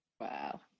Wow